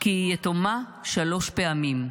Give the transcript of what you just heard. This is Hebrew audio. כי היא יתומה שלוש פעמים: